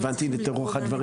אם הבנתי את רוח הדברים.